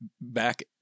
back